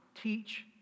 teach